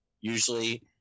usually